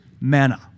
Manna